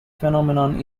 phenomenon